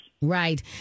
Right